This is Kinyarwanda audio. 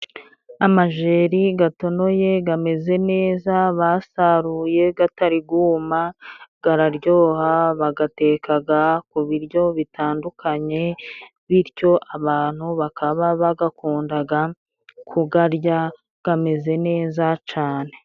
Amajeri gatonoye gameze neza. Bagasaruye gatari guma, gararyoha bagatekaga ku biryo bitandukanye bityo abantu bakaba bagakundaga kugarya kameze neza cane.